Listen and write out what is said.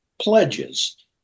pledges